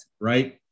right